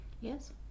yes